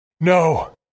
No